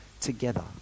together